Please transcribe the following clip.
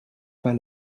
pas